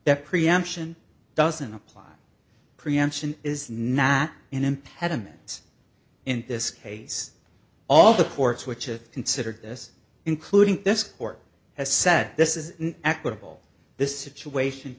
that preemption doesn't apply preemption is not an impediment in this case all the courts which is considered this including this court has said this is an equitable this situation